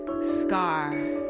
scar